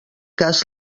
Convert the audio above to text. cas